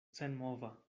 senmova